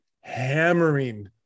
hammering